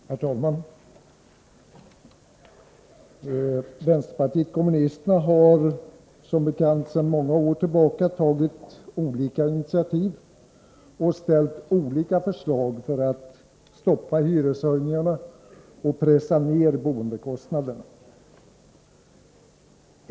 Herr talman! Vänsterpartiet kommunisterna har som bekant sedan många år tillbaka tagit initiativ och ställt förslag för att stoppa hyreshöjningarna och pressa ned boendekostnaderna.